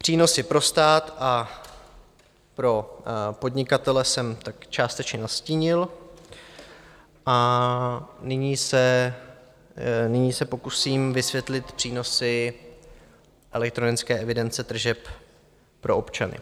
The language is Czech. Přínosy pro stát a pro podnikatele jsem tak částečně nastínil a nyní se pokusím vysvětlit přínosy elektronické evidence tržeb pro občany.